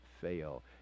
fail